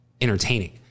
entertaining